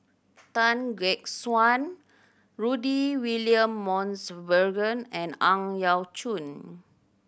Tan Gek Suan Rudy William Mosbergen and Ang Yau Choon